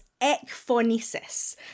ekphonesis